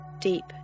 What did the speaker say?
deep